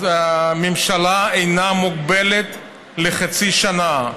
הממשלה אינה מוגבלת לחצי שנה.